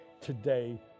today